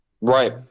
Right